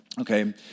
Okay